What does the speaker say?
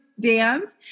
dance